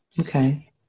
Okay